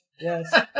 Yes